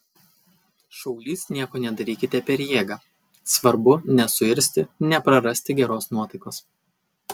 šaulys nieko nedarykite per jėgą svarbu nesuirzti neprarasti geros nuotaikos